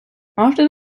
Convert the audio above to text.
after